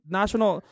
national